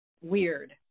weird